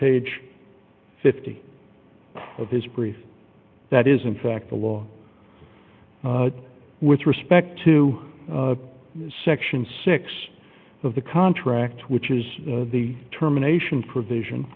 page fifty of his brief that is in fact the law with respect to section six of the contract which is the terminations provision